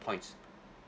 points